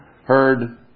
heard